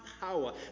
power